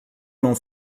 não